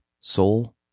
soul